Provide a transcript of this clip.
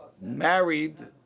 married